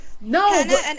No